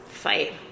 Fight